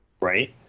Right